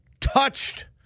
touched